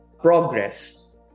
progress